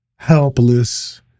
helpless